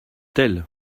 tel